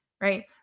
right